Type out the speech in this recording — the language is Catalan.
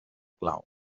clau